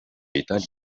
italia